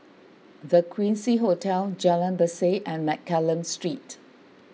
the Quincy Hotel Jalan Berseh and Mccallum Street